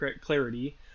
clarity